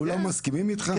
כולם מסכימים איתך?